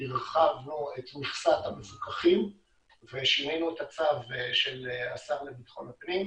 הרחבנו את מכסת המפוקחים ושינינו את הצו של השר לביטחון הפנים,